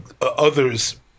others